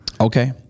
Okay